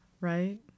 Right